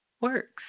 works